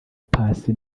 paccy